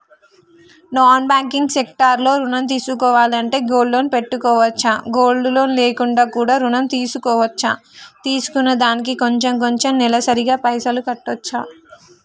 Non banking sector లో ఋణం తీసుకోవాలంటే గోల్డ్ లోన్ పెట్టుకోవచ్చా? గోల్డ్ లోన్ లేకుండా కూడా ఋణం తీసుకోవచ్చా? తీసుకున్న దానికి కొంచెం కొంచెం నెలసరి గా పైసలు కట్టొచ్చా?